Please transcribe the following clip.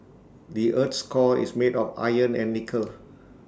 the Earth's core is made of iron and nickel